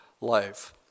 life